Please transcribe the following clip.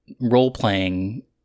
role-playing